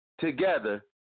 together